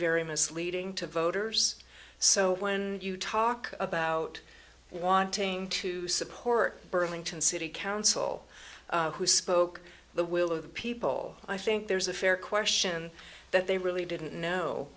very misleading to voters so when you talk about wanting to support burlington city council who spoke the will of the people i think there's a fair question that they really didn't know